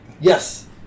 Yes